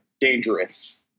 dangerous